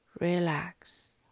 relax